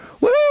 woo